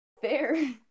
Fair